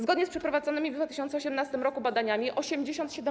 Zgodnie z przeprowadzonymi w 2018 r. badaniami 87%